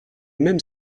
même